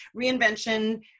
reinvention